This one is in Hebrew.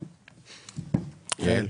יעל.